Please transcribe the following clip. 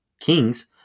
Kings